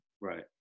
right